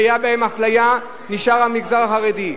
שהיתה בהם אפליה, הוא המגזר החרדי.